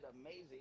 amazing